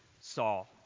Saul